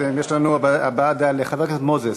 יש לנו הבעת דעה של חבר הכנסת מוזס.